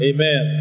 Amen